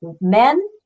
Men